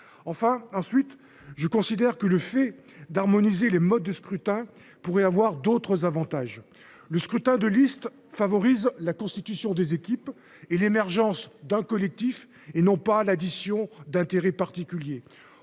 Ensuite, je considère que l’harmonisation des modes de scrutin pourrait avoir d’autres avantages. Le scrutin de liste favorise la constitution des équipes et l’émergence d’un collectif, qui ne se résume pas à l’addition d’intérêts particuliers.